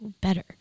better